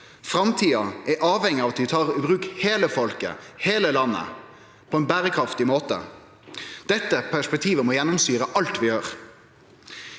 Framtida er avhengig av at vi tar i bruk heile folket, heile landet, på ein berekraftig måte. Dette perspektivet må gjennomsyre alt vi gjør.